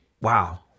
Wow